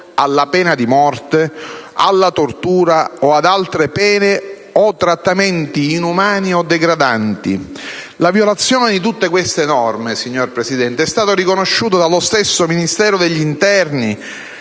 alla pena di morte, alla tortura o ad altre pene o trattamenti inumani o degradanti». La violazione di tutte queste norme, signor Presidente, è stata riconosciuta dallo stesso Ministero dell'interno